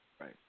Right